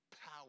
power